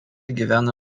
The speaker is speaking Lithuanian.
gyvena